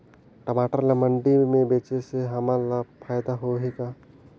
टमाटर ला मंडी मे बेचे से हमन ला फायदा होही का?